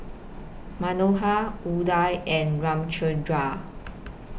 Manohar Udai and Ramchundra